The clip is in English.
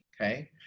Okay